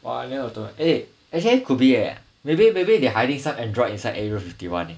!wah! nier automata eh actually could be eh maybe maybe they're hiding some android inside area fifty one